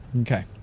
Okay